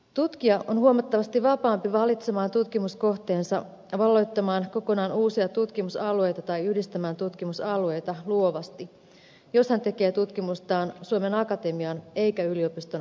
tutkija on huomattavasti vapaampi valitsemaan tutkimuskohteensa valloittamaan kokonaan uusia tutkimusalueita tai yhdistämään tutkimusalueita luovasti jos hän tekee tutkimustaan suomen akatemian eikä yliopiston alaisuudessa